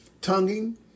Tonguing